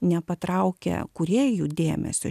nepatraukia kurėjų dėmesio